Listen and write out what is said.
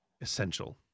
essential